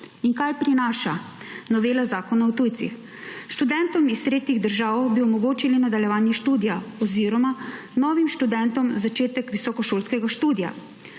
In kaj prinaša novela Zakona o tujcih? Študentom iz tretjih držav bi omogočili nadaljevanje študija oziroma novim študentom začetek visokošolskega študija,